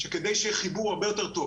שכדי שיהיה חיבור הרבה יותר טוב,